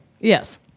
Yes